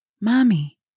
mommy